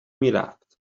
میرفت